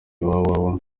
www